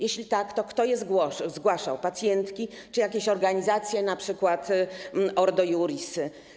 Jeśli tak, to kto je zgłaszał, pacjentki czy jakieś organizacje, na przykład Ordo Iuris?